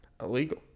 Illegal